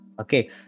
Okay